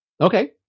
Okay